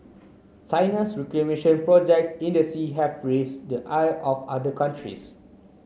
China's reclamation projects in the sea have raised the ire of other countries